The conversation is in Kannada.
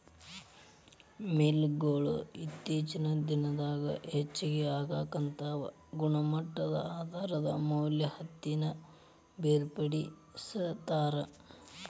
ಮಿಲ್ ಗೊಳು ಇತ್ತೇಚಿನ ದಿನದಾಗ ಹೆಚಗಿ ಆಗಾಕತ್ತಾವ ಗುಣಮಟ್ಟದ ಆಧಾರದ ಮ್ಯಾಲ ಹತ್ತಿನ ಬೇರ್ಪಡಿಸತಾರ